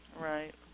Right